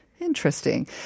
Interesting